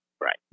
right